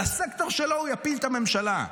על הסקטור שלו הוא יפיל את הממשלה,